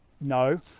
no